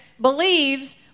believes